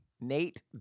Nate